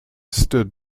stood